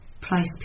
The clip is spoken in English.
price